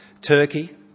Turkey